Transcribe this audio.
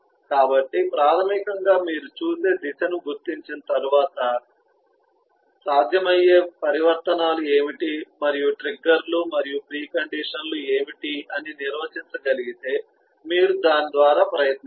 కాబట్టి ప్రాథమికంగా మీరు చూసే దశను గుర్తించిన తర్వాత సాధ్యమయ్యే పరివర్తనాలు ఏమిటి మరియు ట్రిగ్గర్లు మరియు ప్రీ కండిషన్ లు ఏమిటి అని నిర్వచించగలిగితే మీరు దాని ద్వారా ప్రయత్నిస్తారు